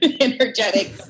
energetic